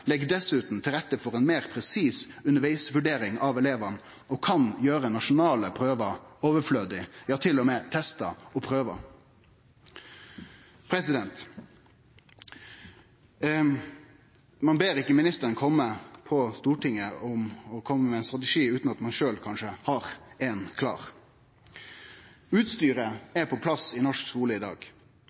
legg dessutan til rette for ei meir presis undervegsvurdering av elevane og kan gjere nasjonale prøver, ja, til og med testar og prøver, overflødige. Ein ber ikkje ministeren komme til Stortinget med ein strategi utan at ein sjølv kanskje har ein klar. Utstyret er på plass i norsk skule i dag.